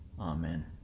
amen